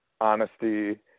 honesty